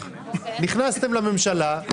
אני רוצה לומר משהו.